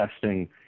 testing